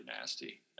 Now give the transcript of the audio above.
nasty